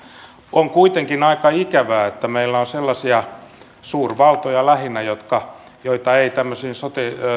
on kuitenkin aika ikävää että meillä on sellaisia maita suurvaltoja lähinnä joita ei tämmöisiin